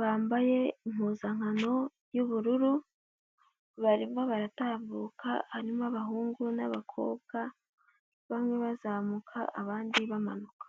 bambaye impuzankano y'ubururu, barimo baratambuka harimo abahungu n'abakobwa, bamwe bazamuka abandi bamanuka.